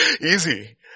easy